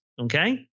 Okay